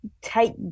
take